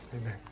Amen